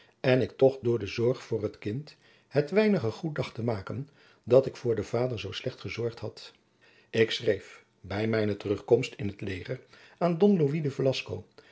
en ik toch door de zorg voor het kind het een weinig goed dacht te maken dat ik voor den vader zoo slecht gezorgd had ik schreef bij mijne terugkomst in t leger aan don